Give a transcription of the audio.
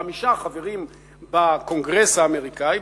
חמישה חברים בקונגרס האמריקני,